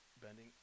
Bending